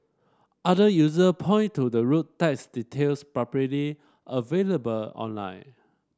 other user point to the road tax details publicly available online